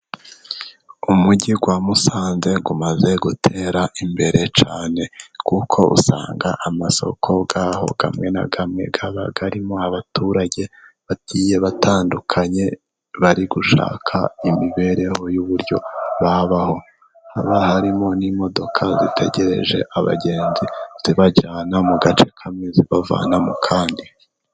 Umujyi wa Musanze umaze gutera imbere cyane kuko usanga amasoko yaho amwe na amwe aba arimo abaturage batandukanye bari gushaka imibereho y'uburyo babaho. Haba harimo n'imodoka zitegereje abagenzi zibajyana mu gace kamwe zibavana mu kandi.